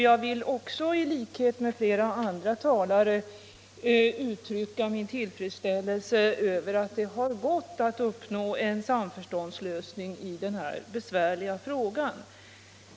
Jag vill också, i likhet med flera andra talare, uttrycka min tillfredsställelse över att det har gått att uppnå en samförståndslösning i denna besvärliga fråga.